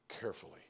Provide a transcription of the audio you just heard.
carefully